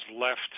left